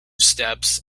steps